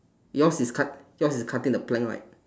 yours is cut yours is cutting the plank right